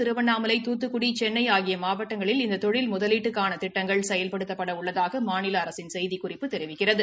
திருவண்ணாமலை துத்துக்குடி சென்னை ஆகிய மாவட்டங்களில் இந்த தொழில் முதலீட்டுக்கான திட்டங்கள் செயல்படுத்தப்பட உள்ளதாக மாநில அரசின் செய்திக்குறிப்பு தெரிவிக்கிறது